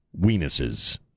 weenuses